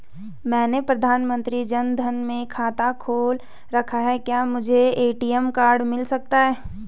मैंने प्रधानमंत्री जन धन में खाता खोल रखा है क्या मुझे ए.टी.एम कार्ड मिल सकता है?